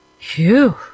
Phew